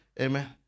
amen